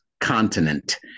continent